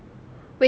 oh